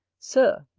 sir,